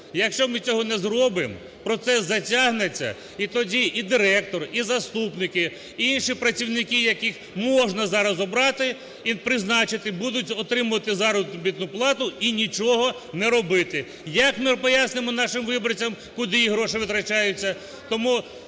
Якщо ми цього не зробимо, процес затягнеться. І тоді і директор, і заступники, і інші працівники, яких можна зараз обрати і призначити, будуть отримувати заробітну плату і нічого не робити. Як ми пояснимо нашим виборцям, куди їх гроші витрачаються?